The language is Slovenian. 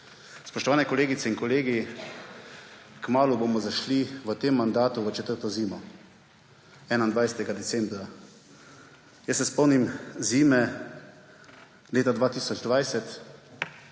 Spoštovani kolegice in kolegi, kmalu bomo zašli v tem mandatu v četrto zimo, 21. decembra. Jaz se spomnim zime leta 2020